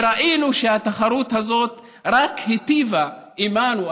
וראינו שהתחרות הזאת רק היטיבה עימנו,